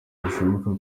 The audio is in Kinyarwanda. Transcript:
bishoboka